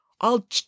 I'll